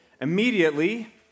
Immediately